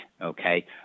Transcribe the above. okay